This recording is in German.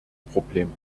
problem